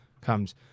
comes